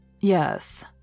Yes